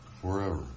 forever